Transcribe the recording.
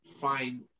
find